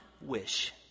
wish